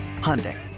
Hyundai